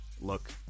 Look